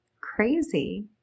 crazy